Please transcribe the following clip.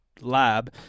lab